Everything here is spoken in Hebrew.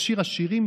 את שיר השירים,